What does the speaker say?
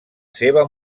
seva